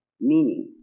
Meaning